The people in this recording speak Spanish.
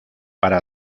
para